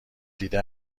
دیده